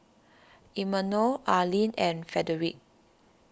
Imanol Arlen and Frederick